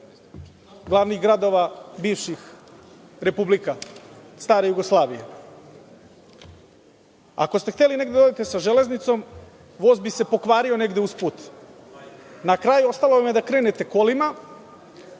glavnih gradova bivših republika stare Jugoslavije. Ako ste hteli negde da odete sa železnicom, voz bi se pokvario negde usput. Na kraju, ostalo vam je da krenete kolima,